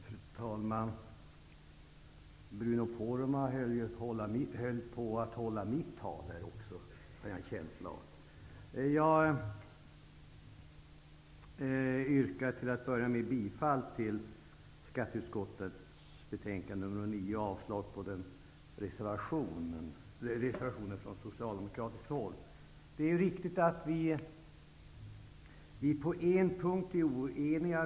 Fru talman! Bruno Poromaa höll nästan på att hålla mitt tal, har jag en känsla av. Jag yrkar till att börja med bifall till hemställan i skatteutskottets betänkande nr 9 och avslag på reservationen från Socialdemokraterna. Det är riktigt att utskottet på en punkt är oenigt.